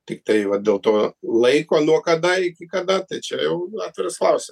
tiktai va dėl to laiko nuo kada iki kada tai čia jau atviras klausi